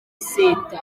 iseta